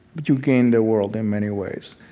you gain the world in many ways.